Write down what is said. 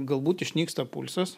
galbūt išnyksta pulsas